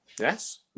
yes